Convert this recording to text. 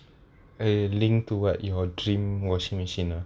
a linked to what your dream washing machine ah